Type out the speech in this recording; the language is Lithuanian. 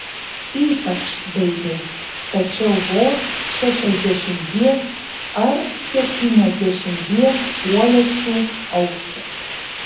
ypač daili tačiau vos šešiasdešimties ar septyniasdešimties uolekčių aukščio